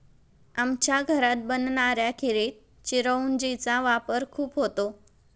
आमच्या घरात बनणाऱ्या खिरीत चिरौंजी चा वापर खूप होतो